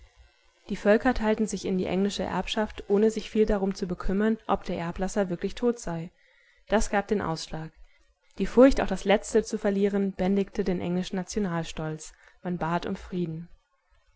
die völker teilten sich in die englische erbschaft ohne sich viel darum zu bekümmern ob der erblasser wirklich tot sei das gab den ausschlag die furcht auch das letzte zu verlieren bändigte den englischen nationalstolz man bat um frieden